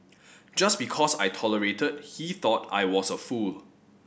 just because I tolerated he thought I was a fool